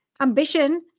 ambition